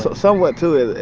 so somewhat, too,